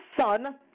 son